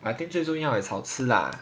I think 最重要 is 好吃 lah